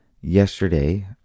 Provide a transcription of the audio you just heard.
Yesterday